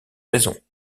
raison